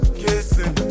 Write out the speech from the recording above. kissing